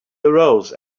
arose